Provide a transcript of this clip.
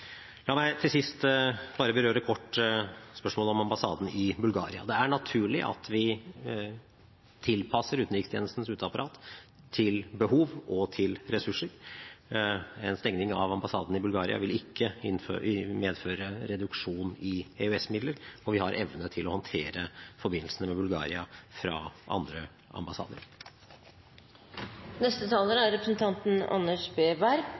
La meg til sist bare berøre kort spørsmålet om ambassaden i Bulgaria. Det er naturlig at vi tilpasser utenrikstjenestens uteapparat til behov og til ressurser. En stenging av ambassaden i Bulgaria vil ikke medføre reduksjon i EØS-midler, og vi har evne til å håndtere forbindelsene med Bulgaria fra andre